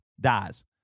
dies